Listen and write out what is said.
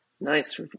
Nice